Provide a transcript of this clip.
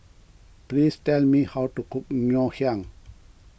please tell me how to cook Ngoh Hiang